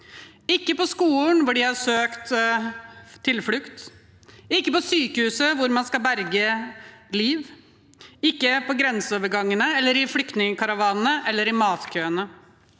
ikke skolen, hvor de har søkt tilflukt, ikke sykehuset, hvor man skal berge liv, ikke grenseovergangene eller flyktningkaravanene eller matkøene.